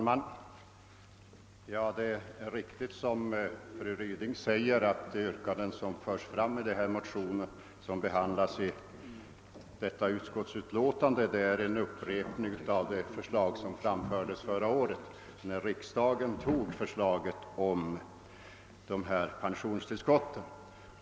Herr talman! Det är riktigt som fru Ryding säger att de yrkanden som förts fram i denna motion och som behandlas i detta utskottsutlåtande är en upprepning av de förslag som framfördes förra året, då riksdagen antog förslaget om pensionstillskott.